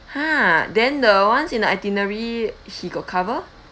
!huh! then the ones in the itinerary he got cover